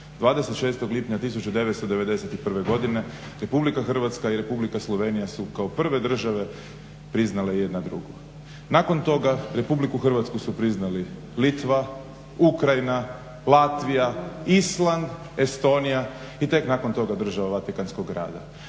26. lipnja 1991. godine Republika Hrvatska i Republika Slovenija su kao prve države priznale jedna drugu. Nakon toga RH su priznali Litva, Ukrajina, Latvija, Island, Estonija i tek nakon toga država Vatikanskog grada